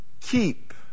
keep